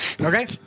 Okay